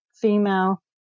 female